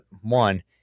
one